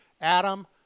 Adam